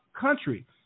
country